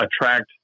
attract